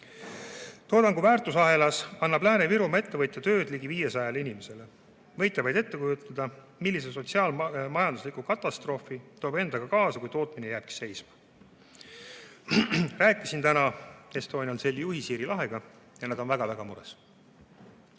Toodangu väärtusahelas annab Lääne-Virumaa ettevõtja tööd ligi 500 inimesele. Võite vaid ette kujutada, millise sotsiaal-majandusliku katastroofi tooks endaga kaasa see, kui tootmine jääks seisma. Rääkisin täna Estonian Celli juhi Siiri Lahega ja nad on väga-väga mures. Kutsun